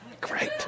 Great